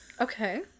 Okay